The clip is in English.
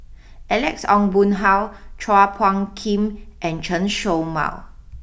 Alex Ong Boon Hau Chua Phung Kim and Chen show Mao